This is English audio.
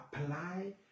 apply